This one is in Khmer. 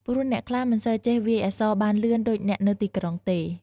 ព្រោះអ្នកខ្លះមិនសូវចេះវាយអក្សរបានលឿនដូចអ្នកនៅទីក្រុងទេ។